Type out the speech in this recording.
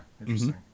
Interesting